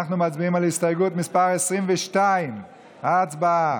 אנחנו מצביעים על הסתייגות מס' 22. הצבעה.